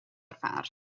arfer